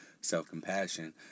self-compassion